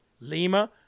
Lima